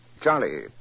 Charlie